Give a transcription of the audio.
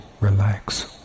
relax